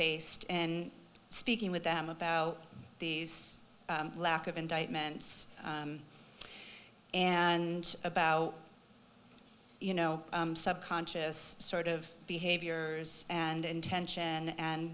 based and speaking with them about these lack of indictments and about you know subconscious sort of behaviors and intention and